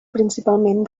principalment